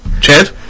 Chad